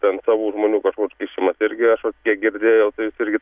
ten savų žmonių kažkoks kišimas irgi kiek girdėjau tai jūs irgi